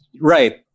right